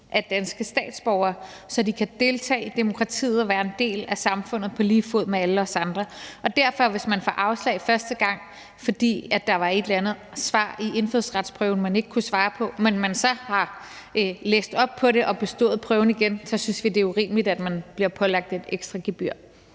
er danske statsborgere, så de kan deltage i demokratiet og være en del af samfundet på lige fod med alle os andre. Derfor, hvis man får afslag første gang, fordi der var et eller andet svar i indfødsretsprøven, man ikke kunne svare på, men man så har læst op på det og bestået prøven igen, synes vi, det er urimeligt, at man bliver pålagt et ekstra gebyr.